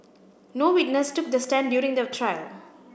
no witness took the stand during the trial